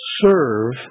serve